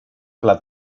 plat